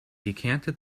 decanted